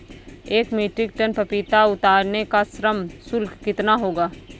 एक metric tonne पपीता उतारने का श्रम शुल्क कितना होगा?